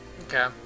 Okay